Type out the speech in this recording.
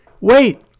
Wait